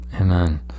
Amen